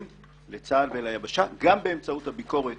עבור צבא היבשה גם באמצעות הביקורת